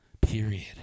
period